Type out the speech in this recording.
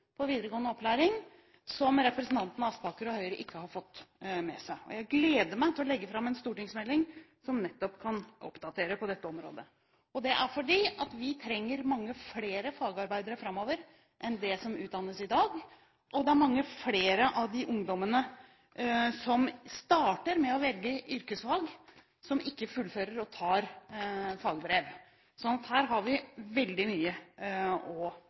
på videregående opplæring som representanten Aspaker og Høyre ikke har fått med seg, og jeg gleder meg til å legge fram en stortingsmelding som nettopp kan oppdatere på dette området. Det er fordi vi trenger mange flere fagarbeidere framover enn det som utdannes i dag, og det er mange flere av de ungdommene som starter med å velge yrkesfag, som ikke fullfører og tar fagbrev. Så her har vi veldig mye